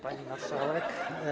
Pani Marszałek!